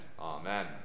Amen